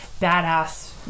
badass